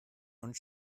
und